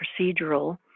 procedural